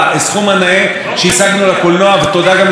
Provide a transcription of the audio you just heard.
שהסכים בסופו של דבר לתת את הסכום הזה,